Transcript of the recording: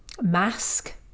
mask